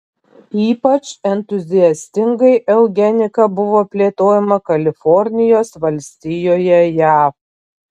ypač entuziastingai eugenika buvo plėtojama kalifornijos valstijoje jav